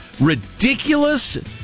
ridiculous